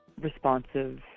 responsive